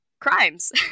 crimes